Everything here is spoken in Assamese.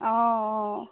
অ